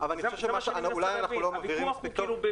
אולי אנחנו לא מגדירים את זה טוב.